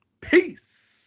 Peace